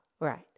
Right